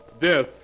Death